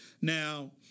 Now